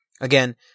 Again